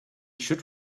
should